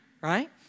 right